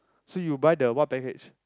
so you buy the what package